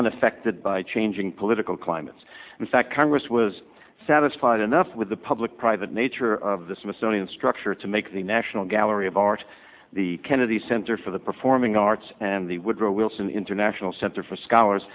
unaffected by changing political climates in fact congress was satisfied enough with the public private nature of the smithsonian structure to make the national gallery of art the kennedy center for the performing arts and the woodrow wilson international center for scholars